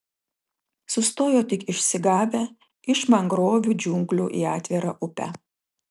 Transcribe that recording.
sustojo tik išsigavę iš mangrovių džiunglių į atvirą upę